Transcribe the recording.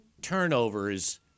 turnovers